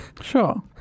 Sure